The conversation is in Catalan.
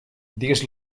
digues